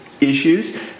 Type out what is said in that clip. issues